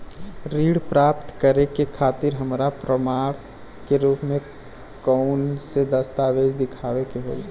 ऋण प्राप्त करे के खातिर हमरा प्रमाण के रूप में कउन से दस्तावेज़ दिखावे के होइ?